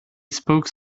spoke